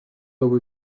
dopo